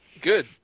Good